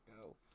go